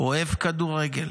אוהב כדורגל.